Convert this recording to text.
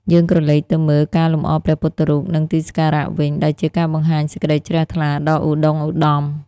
យើងក្រឡេកទៅមើល ការលម្អព្រះពុទ្ធរូប និងទីសក្ការៈវិញ ដែលជាការបង្ហាញសេចក្តីជ្រះថ្លាដ៏ឧត្តុង្គឧត្តម។